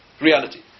reality